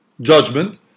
judgment